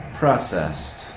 processed